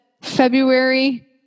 February